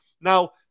now